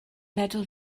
meddwl